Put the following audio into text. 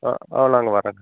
ஆ ஆ நாங்க வர்றோங்க